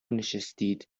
نشستید